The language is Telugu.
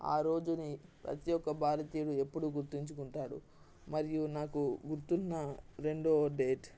ఆ రోజుని ప్రతి ఒక్క భారతీయులు ఎప్పుడు గుర్తుంచుకుంటారు మరియు నాకు గుర్తున్నా రెండో డేట్